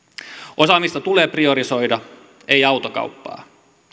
osaamista tulee priorisoida ei autokauppaa